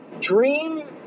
Dream